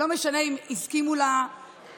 לא משנה אם הסכימו לרפורמה,